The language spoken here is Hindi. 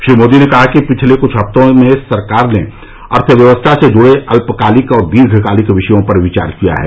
श्री मोदी ने कहा कि पिछले कृछ हफ्तों में सरकार ने अर्थव्यवस्था से जुड़े अल्प कालिक और दीर्घ कालिक विषयों पर विचार किया है